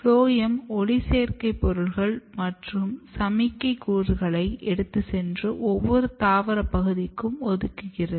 phloem ஒளிச்சேர்க்கைப் பொருள்கள் மற்றும் சமிக்ஞை மூலக்கூறுகளை எடுத்து சென்று ஒவ்வொரு தாவரப் பகுதிக்கும் ஒதுக்குகிறது